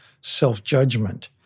self-judgment